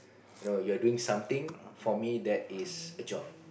you know you're doing something for me that is a job